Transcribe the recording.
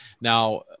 Now